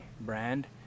brand